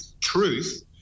truth